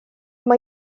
mae